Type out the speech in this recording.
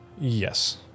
Yes